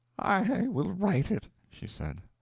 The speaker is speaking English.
i will write it, she said.